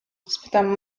spytam